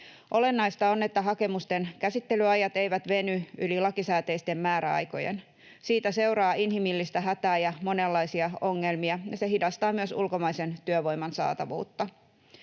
Olennaista on, että hakemusten käsittelyajat eivät veny yli lakisääteisten määräaikojen. Siitä seuraa inhimillistä hätää ja monenlaisia ongelmia. Se hidastaa myös ulkomaisen työvoiman saatavuutta.